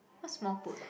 what small foot